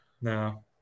no